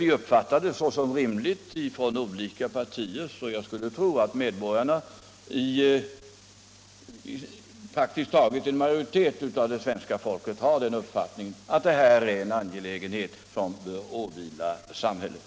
De olika partierna uppfattar det såsom rimligt, och jag skulle tro att majoriteten av svenska folket har den uppfattningen att detta är en angelägenhet som bör åvila samhället.